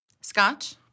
Scotch